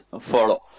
follow